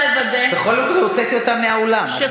בכל זאת, הוצאתי אותם מהאולם.